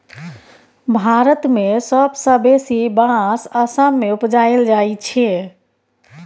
भारत मे सबसँ बेसी बाँस असम मे उपजाएल जाइ छै